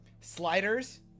sliders